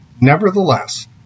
Nevertheless